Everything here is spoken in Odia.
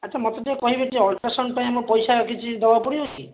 ଆଚ୍ଛା ମୋତେ ଟିକିଏ କହିବେ କି ଅଲଟ୍ରାସାଉଣ୍ଡ ପାଇଁ ଆମକୁ ପଇସା କିଛି ଦେବାକୁ ପଡ଼ିବ କି